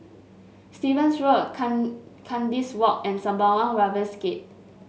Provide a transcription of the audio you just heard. Stevens Road Kan Kandis Walk and Sembawang Wharves Gate